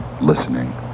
listening